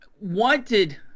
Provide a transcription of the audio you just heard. wanted